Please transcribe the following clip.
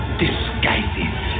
disguises